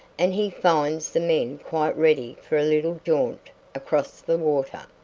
and he finds the men quite ready for a little jaunt across the water.